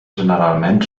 generalment